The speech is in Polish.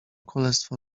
królestwo